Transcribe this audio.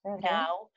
Now